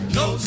no